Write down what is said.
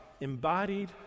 embodied